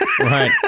right